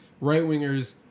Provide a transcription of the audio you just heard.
right-wingers